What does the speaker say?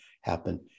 happen